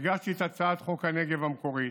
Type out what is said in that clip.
הגשתי את הצעת חוק הנגב המקורית,